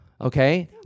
okay